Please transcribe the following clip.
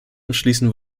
anschließen